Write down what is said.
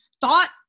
thought